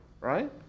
Right